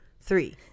three